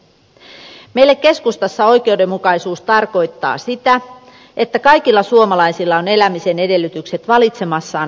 meille keskustassa oikeudenmukaisuus tarkoittaa sitä että kaikilla suomalaisilla on elämisen edellytykset valitsemassaan asuinpaikassa